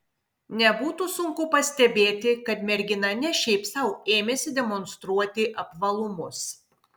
nebūtų sunku pastebėti kad mergina ne šiaip sau ėmėsi demonstruoti apvalumus